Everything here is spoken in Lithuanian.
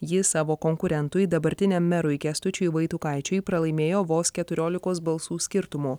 ji savo konkurentui dabartiniam merui kęstučiui vaitukaičiui pralaimėjo vos keturiolikos balsų skirtumu